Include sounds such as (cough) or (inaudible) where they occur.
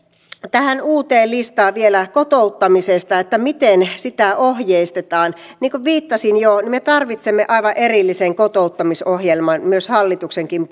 tähän uuteen listaan vielä kotouttamisesta että miten sitä ohjeistetaan niin kuin viittasin jo me tarvitsemme aivan erillisen kotouttamisohjelman myös hallituksenkin (unintelligible)